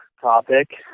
topic